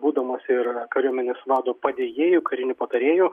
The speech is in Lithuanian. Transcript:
būdamas ir kariuomenės vado padėjėju kariniu patarėju